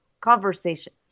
conversation